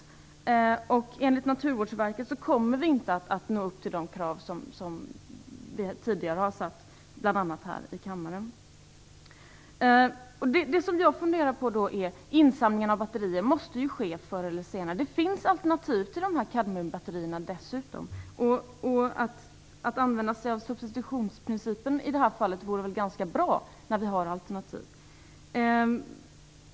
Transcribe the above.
Enligt Naturvårdsverket kommer vi inte att nå upp till de krav som vi tidigare har satt upp bl.a. här i kammaren. Insamlingen av batterier måste ju ske förr eller senare. Det finns dessutom alternativ till kadmiumbatterierna. Att använda substitutionsprincipen i det här fallet vore väl ganska bra, när det finns alternativ.